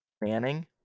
Manning